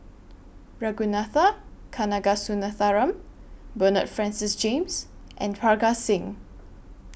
Ragunathar Kanagasuntheram Bernard Francis James and Parga Singh